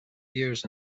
ears